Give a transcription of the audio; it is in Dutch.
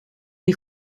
die